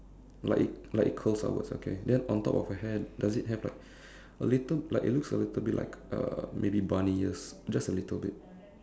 like it like it curls upwards okay then on top of her hair does it have like a little like it looks a little bit like uh maybe bunny ears just a little bit